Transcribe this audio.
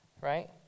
right